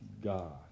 God